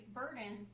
burden